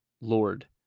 Lord